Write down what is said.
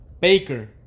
Baker